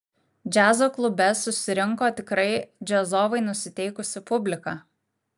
džiazo klube susirinko tikrai džiazovai nusiteikusi publika